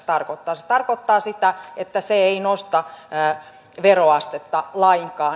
se tarkoittaa sitä että se ei nosta veroastetta lainkaan